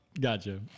Gotcha